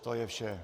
To je vše.